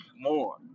more